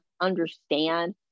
understand